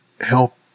Help